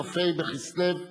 כ"ה בכסלו התשע"ב,